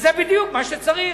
שזה בדיוק מה שצריך.